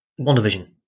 WandaVision